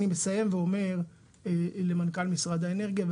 אני מסיים ואומר למנכ"ל משרד האנרגיה,